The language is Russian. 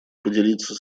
поделиться